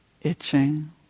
itching